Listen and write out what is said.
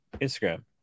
instagram